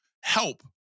help